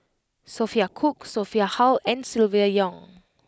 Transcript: Sophia Cooke Sophia Hull and Silvia Yong